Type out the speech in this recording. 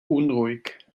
unruhig